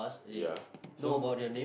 ya so